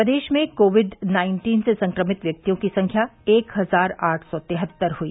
प्रदेश में COVID nineteen से संक्रमित व्यक्तियों की संख्या एक हजार आठ सौ तिहत्तर हुई